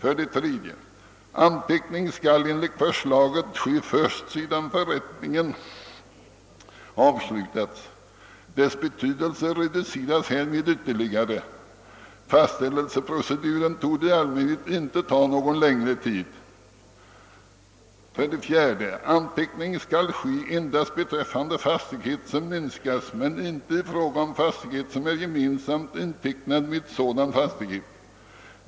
3. Anteckning skall enligt förslaget ske först sedan förrättningen avslutats. Dess betydelse reduceras härmed ytterligare. Fastställelseproceduren torde i allmänhet inte ta någon längre tid. 4. Anteckning skall ske endast beträffande fastighet som minskas men inte i fråga om fastighet som är gemensamt intecknad med sådan fastighet.